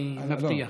אני מבטיח.